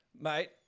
Mate